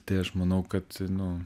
tai aš manau kad nu